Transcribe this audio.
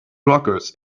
blockers